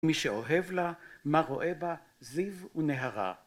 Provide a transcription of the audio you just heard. מי שאוהב לה, מה רואה בה, זיו ונהרה.